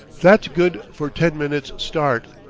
that's good for ten minutes' start!